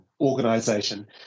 organization